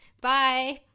Bye